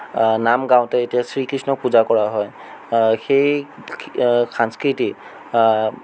নাম গাওঁতে এতিয়া শ্ৰীকৃষ্ণক পূজা কৰা হয় সেই সাংস্কৃতি